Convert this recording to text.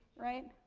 right.